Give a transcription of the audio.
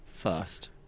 First